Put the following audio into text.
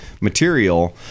material